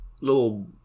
little